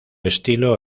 estilo